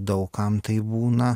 daug kam taip būna